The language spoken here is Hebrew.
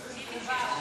מקובל.